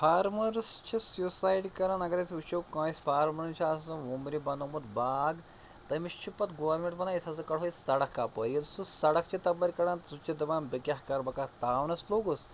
farmers چھِ suicide کَران اگر أسۍ وُچھو کٲنٛسہِ فارمَرَن چھِ آسان وۄمبرِ بَنوومُت باغ تٔمِس چھِ پَتہٕ گورمٮ۪نٛٹ وَنان أسۍ ہَسا کَڈہوے سَڑک اَپٲرۍ ییٚلہِ سُہ سَڑک چھِ تَپٲرۍ کڈان سُہ چھُ دَپان بہٕ کیٛاہ کرٕ بہٕ کَتھ تاونَس لوٚگُس